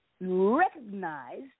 recognized